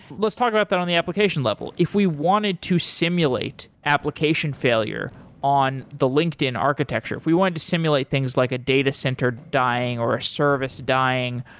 let's talk about that on the application level. if we wanted to simulate application failure on the linkedin architecture, if we wanted to simulate things like a data-center dying or a service dying,